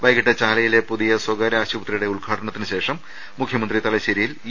വൈകിട്ട് ചാലയിലെ പുതിയ സ്വകാര്യ ആശുപത്രിയുടെ ഉദ്ഘാടനത്തിന് ശേഷം മുഖ്യമന്ത്രി തലശ്ശേരിയിൽ ഇ